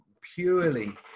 purely